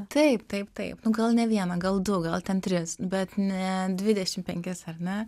taip taip taip nu gal ne vieną gal du gal ten tris bet ne dvidešim penkis ar ne